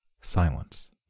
Silence